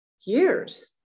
years